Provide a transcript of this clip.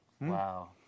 Wow